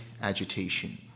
agitation